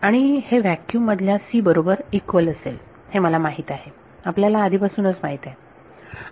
आणि हे व्हॅक्युम मधल्या c बरोबर इक्वल असेल हे मला माहित आहे आपल्याला आधीपासूनच माहित आहे